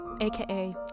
aka